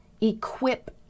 equip